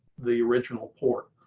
the original port.